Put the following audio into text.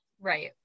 right